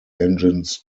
engines